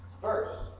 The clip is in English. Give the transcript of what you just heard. First